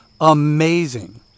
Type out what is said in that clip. amazing